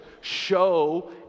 show